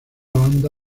banda